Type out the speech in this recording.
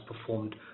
performed